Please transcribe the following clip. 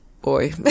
boy